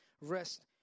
rest